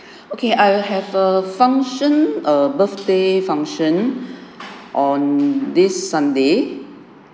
okay I will have a function err birthday function on this sunday